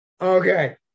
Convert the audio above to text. Okay